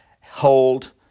hold